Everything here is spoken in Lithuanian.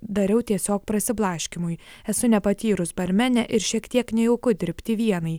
dariau tiesiog prasiblaškymui esu nepatyrus barmenė ir šiek tiek nejauku dirbti vienai